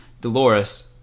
Dolores